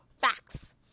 Facts